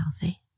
healthy